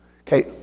Okay